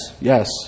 yes